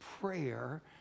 prayer